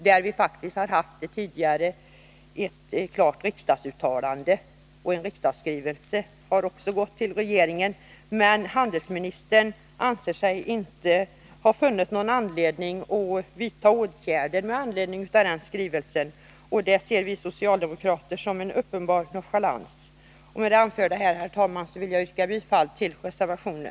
Det finns faktiskt ett klart riksdagsuttalande i den frågan, och en riksdagsskrivelse har också gått till regeringen, men handelsministern anser sig inte ha funnit något skäl att vidta åtgärder med anledning av den skrivelsen. Det ser vi socialdemokrater som en uppenbar nonchalans. Med det anförda yrkar jag bifall till reservationen.